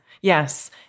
Yes